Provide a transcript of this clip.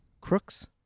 Crooks